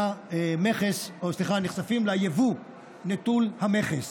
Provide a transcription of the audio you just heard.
שנחשפים ליבוא נטול המכס.